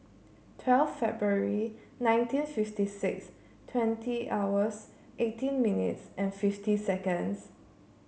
twelfth February nineteen fifty six twenty hours eighteen minutes and fifty seconds